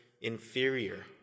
inferior